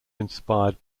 inspired